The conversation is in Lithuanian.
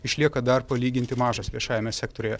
išlieka dar palyginti mažas viešajame sektoriuje